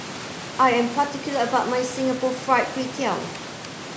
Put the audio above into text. I am particular about my Singapore Fried Kway Tiao